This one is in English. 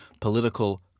political